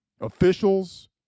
Officials